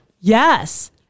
Yes